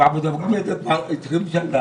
אנחנו מדברים על זה כבר 20 שנה.